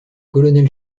colonel